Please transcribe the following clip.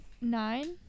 nine